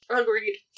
Agreed